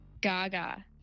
Gaga